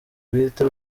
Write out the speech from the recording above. bwite